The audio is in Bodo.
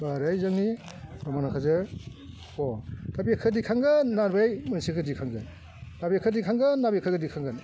बा ओरै जोंनि रमान हांखोजों ग दा बेखौ दैखांगोन ना बै मोनसेखौ दैखांगोन दा बेखौ दैखांगोन ना बेखौ दैखांगोन